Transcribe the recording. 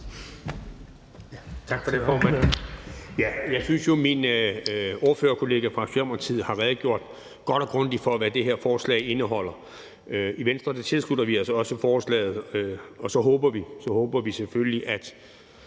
Tak for det, formand.